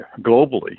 globally